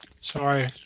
Sorry